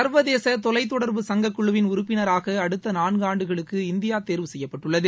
சர்வதேச தொலைத்தொடர்பு சங்க குழுவின் உறுப்பினராக அடுத்த நான்கு ஆண்டுகளுக்கு இந்தியா தேர்வு செய்யப்பட்டுள்ளது